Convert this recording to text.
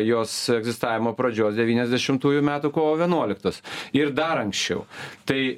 jos egzistavimo pradžios devyniasdešimtųjų metų kovo vienuoliktos ir dar anksčiau tai